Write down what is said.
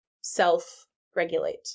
self-regulate